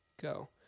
go